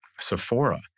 Sephora